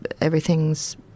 everything's